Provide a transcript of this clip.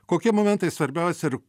kokie momentai svarbiausi ir